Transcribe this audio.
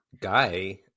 guy